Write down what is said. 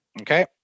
Okay